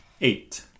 Eight